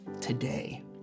today